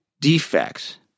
defects